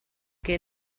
que